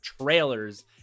trailers